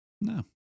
No